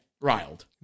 riled